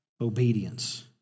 obedience